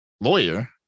lawyer